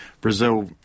Brazil